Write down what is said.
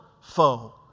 foe